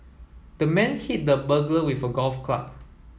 the man hit the burglar with golf club